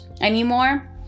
anymore